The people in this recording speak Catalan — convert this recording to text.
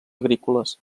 agrícoles